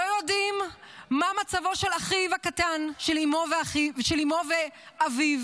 לא יודעים מה מצבו של אחיו הקטן ושל אימו ואביו